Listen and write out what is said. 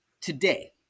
today